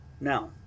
now